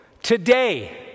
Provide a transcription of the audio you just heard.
Today